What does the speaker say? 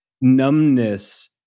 numbness